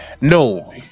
No